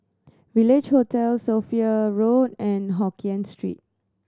Village Hotel Sophia Road and Hokkien Street